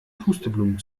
pusteblumen